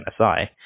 MSI